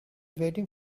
waiting